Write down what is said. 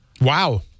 Wow